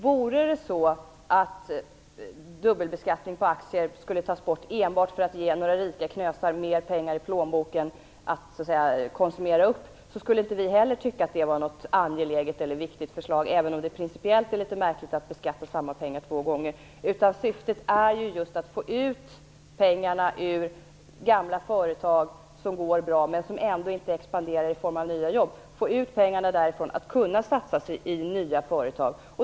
Vore det så att dubbelbeskattning på aktier skulle tas bort enbart för att ge några rika knösar mer pengar i plånboken för att konsumeras upp, skulle vi inte heller tycka att det var ett angeläget och viktigt förslag, även om det principiellt är litet märkligt att beskatta samma pengar två gånger. Syftet är just att få ut pengar ur gamla företag, som går bra men som ändå inte expanderar och ger nya jobb, för att satsas i nya företag.